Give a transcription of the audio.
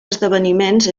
esdeveniments